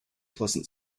pleasant